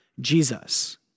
Jesus